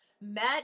met